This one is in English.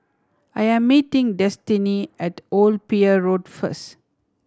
I am meeting Destinee at Old Pier Road first